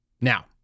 Now